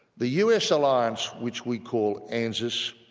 the us alliance, which we call anzus,